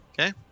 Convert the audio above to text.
Okay